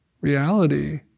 reality